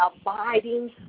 abiding